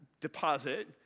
deposit